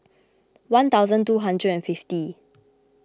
one thousand two hundred and fifty